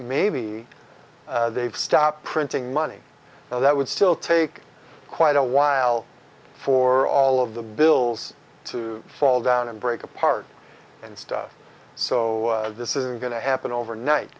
maybe they've stopped printing money now that would still take quite a while for all of the bills to fall down and break apart and stuff so this isn't going to happen overnight